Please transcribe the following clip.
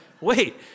wait